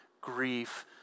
grief